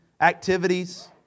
activities